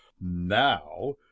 Now